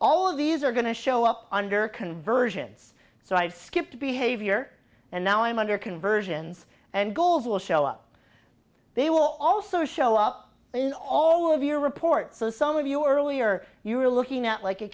all of these are going to show up under conversions so i've skipped behavior and now i'm under conversions and goals will show up they will also show up in all of your reports so some of you earlier you were looking at